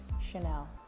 Chanel